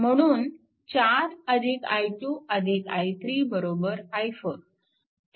म्हणून 4 i2 i3 i4